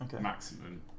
maximum